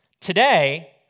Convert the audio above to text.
Today